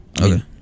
Okay